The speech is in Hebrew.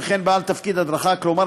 "בעל תפקיד הדרכה" כלומר,